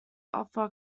offer